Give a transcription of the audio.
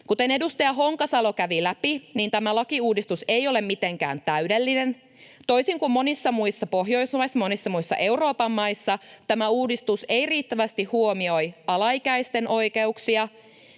Kuten edustaja Honkasalo kävi läpi, tämä lakiuudistus ei ole mitenkään täydellinen. Toisin kuin monissa muissa Pohjoismaissa, monissa muissa Euroopan maissa, tämä uudistus ei huomioi riittävästi alaikäisten oikeuksia.